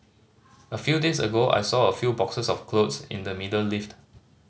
a few days ago I saw a few boxes of clothes in the middle lift